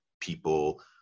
people